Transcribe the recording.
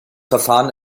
verfahren